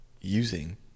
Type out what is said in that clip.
using